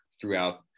throughout